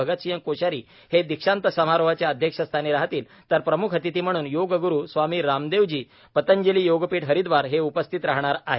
भगतसिंग कोश्यारी हे दीक्षांत समारोहाच्या अध्यक्षस्थानी राहतील तर प्रमुख अतिथी म्हणून योगगुरू स्वामी रामदेवजी पतंजली योगपीठ हरिद्वार हे उपस्थित राहणार आहेत